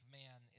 man